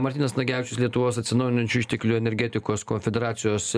martynas nagevičius lietuvos atsinaujinančių išteklių energetikos konfederacijos